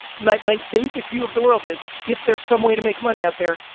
my my basic view of the world is if there's some way to make money out there,